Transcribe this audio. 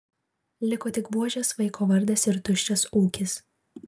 liko tik buožės vaiko vardas ir tuščias ūkis